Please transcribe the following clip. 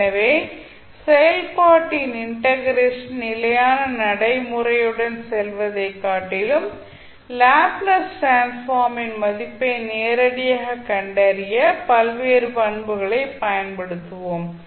எனவே செயல்பாட்டின் இண்டெகரேஷன் நிலையான நடைமுறையுடன் செல்வதைக் காட்டிலும் லாப்ளேஸ் டிரான்ஸ்ஃபார்ம் ன் மதிப்பை நேரடியாக கண்டறிய பல்வேறு பண்புகளை பயன்படுத்துவோம்